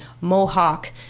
Mohawk